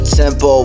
tempo